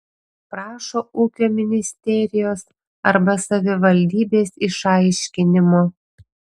prašo ūkio ministerijos arba savivaldybės išaiškinimo